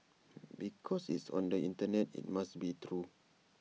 because it's on the Internet IT must be true